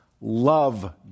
love